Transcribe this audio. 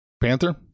Panther